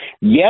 yes